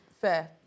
fair